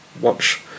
watch